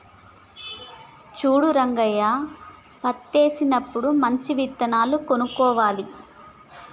చూడు రంగయ్య పత్తేసినప్పుడు మంచి విత్తనాలు కొనుక్కోవాలి